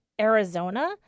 Arizona